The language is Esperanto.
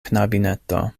knabineto